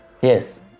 Yes